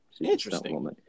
Interesting